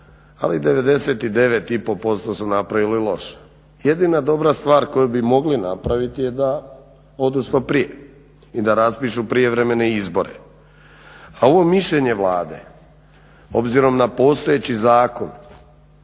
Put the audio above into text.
ali 99,5% su napravili loše. Jedina dobra stvar koju bi mogli napraviti je da odu što prije i da raspišu prijevremene izbore. A ovo mišljenje Vlade obzirom na postojeći zakon